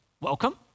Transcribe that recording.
Welcome